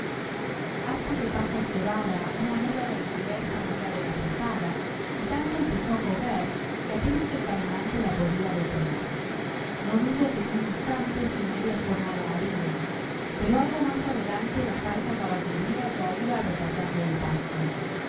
harta de paja y cebada una mula de alquiler salía de la posada y tanto empezó a correr que apenas el caminante la podía detener no dudo que en un instante su media jornada haría pero algo más adelante la falsa caballería ya iba retardando el paso